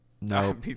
Nope